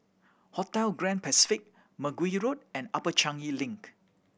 Hotel Grand Pacific Mergui Road and Upper Changi Link